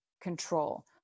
control